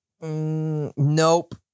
Nope